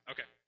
Okay